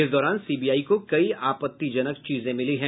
इस दौरान सीबीआई को कई आपत्तिजनक चीजें मिली है